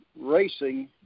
racing